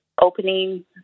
opening